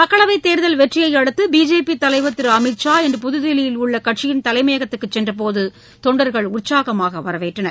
மக்களவைத் தேர்தல் வெற்றியை அடுத்து பிஜேபி தலைவர் திரு அமித்ஷா இன்று புதுதில்லியில் உள்ள கட்சியின் தலைமையகத்துக்குச் சென்றபோது தொண்டர்கள் உற்சாகமாக வரவேற்றனர்